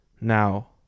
Now